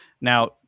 now